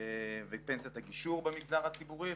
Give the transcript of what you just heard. וגם בפנסיית הגישור במגזר הציבורי,